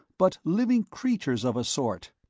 but living creatures of a sort.